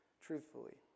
Truthfully